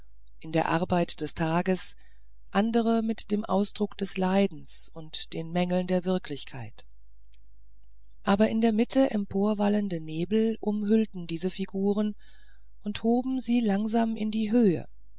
in der arbeit des tages andere mit dem ausdruck des leidens und den mängeln der wirklichkeit aber in der mitte emporwallende nebel umhüllten diese figuren und hoben sie langsam in die höhe